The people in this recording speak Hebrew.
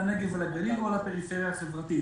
לנגב או לגליל או לפריפריה החברתית.